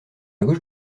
gauche